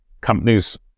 companies